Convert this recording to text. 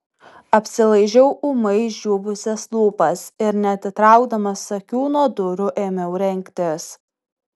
apsilaižiau ūmai išdžiūvusias lūpas ir neatitraukdamas akių nuo durų ėmiau rengtis